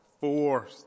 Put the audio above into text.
Four